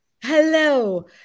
Hello